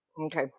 Okay